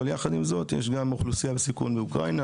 אבל יחד עם זאת יש גם אוכלוסייה בסיכון באוקראינה,